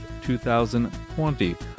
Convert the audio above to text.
2020